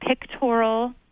pictorial